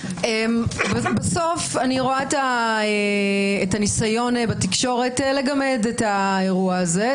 בסוף אני רואה את הניסיון בתקשורת לגמד את האירוע הזה,